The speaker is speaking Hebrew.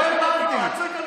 הבנתי.